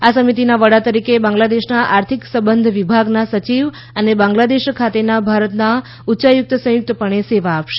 આ સમિતિના વડા તરીકે બાંગ્લાદેશના આર્થિક સંબંધ વિભાગના સચિવ અને બાંગ્લાદેશ ખાતેના ભારતના ઉચ્ચાયુક્ત સંયુક્તપણે સેવા આપશે